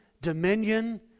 dominion